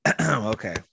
Okay